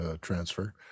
transfer